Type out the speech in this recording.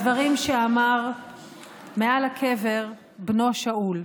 בדברים שאמר מעל הקבר בנו שאול: